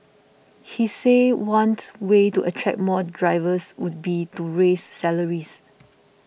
he said way to attract more drivers would be to raise salaries